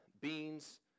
beans